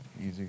Easy